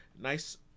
nice